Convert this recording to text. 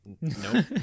Nope